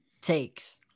takes